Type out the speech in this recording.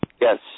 yes